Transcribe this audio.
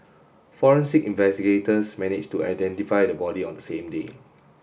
forensic investigators managed to identify the body on the same day